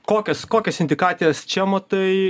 kokias kokias indikacijas čia matai